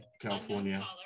California